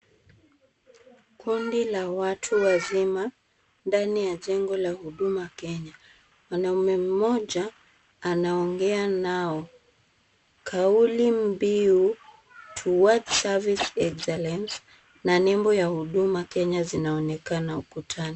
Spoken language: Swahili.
Kundi la watu wazima ndani ya jengo la Huduma Kenya. Mwanaume mmoja anaongea nao. Kauli mbiu towards service excellence na nembo ya Huduma Kenya zinaonekana ukutani.